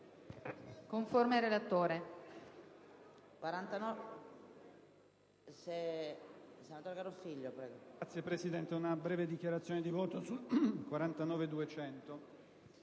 conforme al relatore.